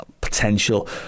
potential